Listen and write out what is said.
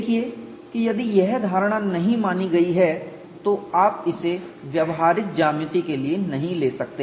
देखिए कि यदि यह धारणा नहीं मानी गई है तो आप इसे व्यावहारिक ज्यामिति के लिए नहीं ले सकते